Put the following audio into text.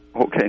Okay